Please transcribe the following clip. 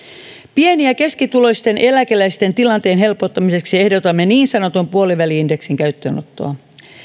pieni ja keskituloisten eläkeläisten tilanteen helpottamiseksi ehdotamme niin sanotun puoliväli indeksin käyttöönottoa